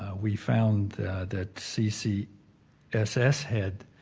ah we found that ccss ccss had